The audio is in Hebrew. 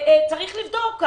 צריך לבדוק.